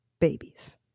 babies